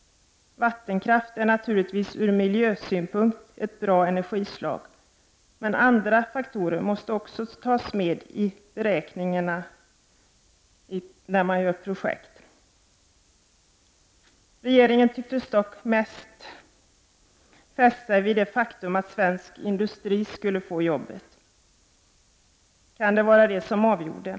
Vattenkraft är naturligtvis ur miljösynpunkt ett bra energislag, men andra faktorer måste också tas med i beräkningarna för sådana här projekt. Regeringen tycktes dock mest ha fäst sig vid det faktum att svensk industri skulle få jobbet — kan det vara det som avgjorde?